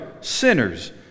sinners